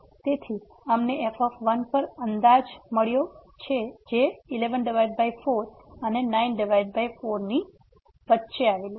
તેથી અમને f પર અંદાજ મળ્યો જે 115 અને 94 ની વચ્ચે આવેલું છે